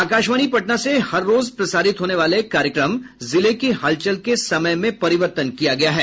आकाशवाणी पटना से हर रोज प्रसारित होने वाले कार्यक्रम जिले की हलचल के समय में परिवर्तन किया गया है